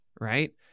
right